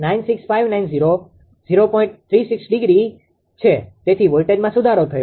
36 ° છે તેથી વોલ્ટેજમાં સુધારો થયો છે